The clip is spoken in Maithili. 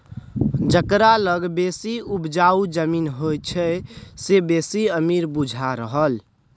जकरा लग बेसी उपजाउ जमीन होइ छै से बेसी अमीर बुझा रहल